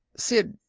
sid,